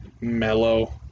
mellow